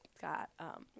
got